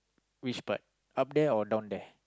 which part up there or down there